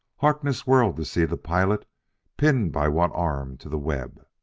harkness whirled to see the pilot pinned by one arm to the web.